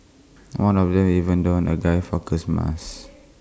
one of them even donned A guy Fawkes mask